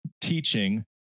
teaching